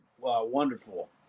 wonderful